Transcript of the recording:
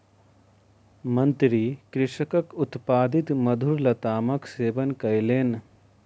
मंत्री कृषकक उत्पादित मधुर लतामक सेवन कयलैन